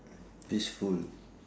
peaceful